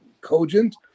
cogent